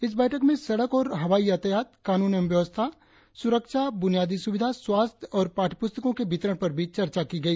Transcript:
इस बैठक में सड़क और हवाई यातायात कानून एवं व्यवस्था सुरक्षा ब्रनियादी सुविधा स्वास्थ्य और पाठ्यपुस्तकों के वितरण पर भी चर्चा की गई